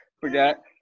Forgot